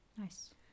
Nice